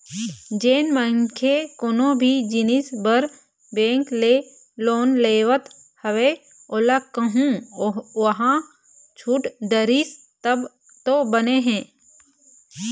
जेन मनखे कोनो भी जिनिस बर बेंक ले लोन लेवत हवय ओला कहूँ ओहा छूट डरिस तब तो बने हे